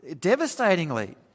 devastatingly